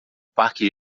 parque